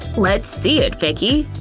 let's see it, vicki!